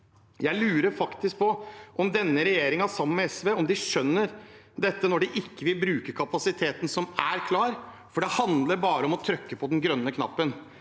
Jeg lurer faktisk på om denne regjeringen sammen med SV skjønner dette når de ikke vil bruke kapasiteten som er klar, for det handler bare om å trykke på den grønne knappen.